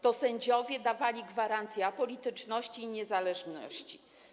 To sędziowie dawali gwarancję apolityczności i niezależności.